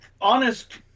honest